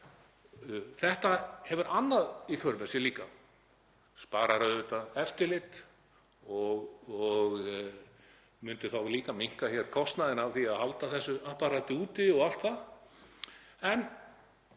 Þetta hefur líka annað í för með sér, þetta sparar auðvitað eftirlit og myndi þá líka minnka kostnaðinn af því að halda þessu apparati úti og allt það.